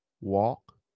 walk